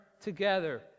together